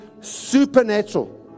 supernatural